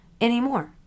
anymore